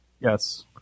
Yes